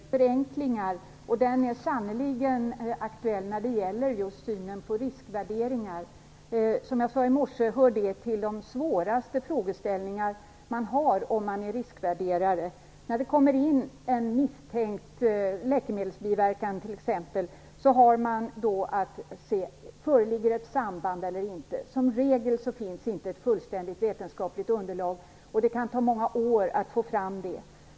Herr talman! Marianne Andersson tog upp risken med förenklingar. Den är sannerligen aktuell när det gäller just synen på riskvärderingar. Som jag sade i morse hör det till de svåraste frågeställningar en riskvärderare kan ha. När det kommer in en patient med misstänkt läkemedelsbiverkan har man att se om det föreligger ett samband eller inte. Som regel finns det inte ett fullständigt vetenskapligt underlag. Det kan ta många år att få fram ett sådant.